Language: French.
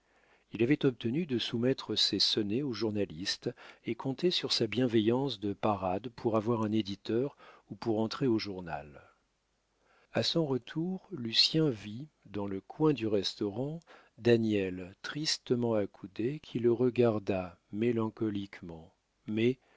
il avait obtenu de soumettre ses sonnets au journaliste et comptait sur sa bienveillance de parade pour avoir un éditeur ou pour entrer au journal a son retour lucien vit dans le coin du restaurant daniel tristement accoudé qui le regarda mélancoliquement mais